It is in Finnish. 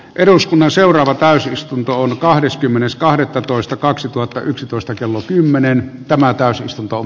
eduskunnan seuraava täysistuntoon kahdeskymmenes kahdettatoista kaksituhattayksitoista kello kymmenen palaa asiasta